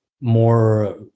more